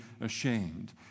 ashamed